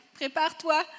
prépare-toi